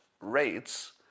rates